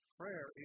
prayer